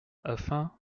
afin